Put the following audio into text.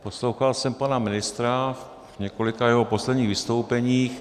Poslouchal jsem pana ministra v několika jeho posledních vystoupeních.